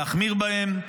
להחמיר בהם,